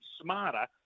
smarter